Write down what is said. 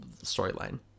storyline